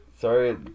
Sorry